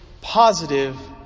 positive